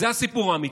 זה הסיפור האמיתי.